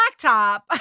blacktop